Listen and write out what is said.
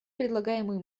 предлагаемые